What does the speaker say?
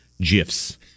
GIFs